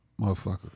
motherfucker